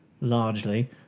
largely